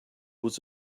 was